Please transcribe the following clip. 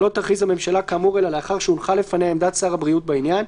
לא תכריז הממשלה כאמור אלא לאחר שהונחה לפניה עמדת שר הבריאות בעניין.